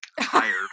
hired